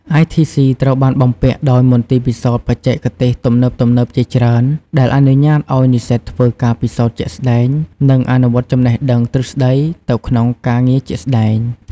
ITC ត្រូវបានបំពាក់ដោយមន្ទីរពិសោធន៍បច្ចេកទេសទំនើបៗជាច្រើន ដែលអនុញ្ញាតឱ្យនិស្សិតធ្វើការពិសោធន៍ជាក់ស្តែង និងអនុវត្តចំណេះដឹងទ្រឹស្តីទៅក្នុងការងារជាក់ស្តែង។